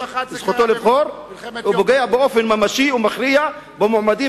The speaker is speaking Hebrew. את זכותו לבחור ופוגע באופן ממשי ומכריע במועמדים